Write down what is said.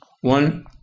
one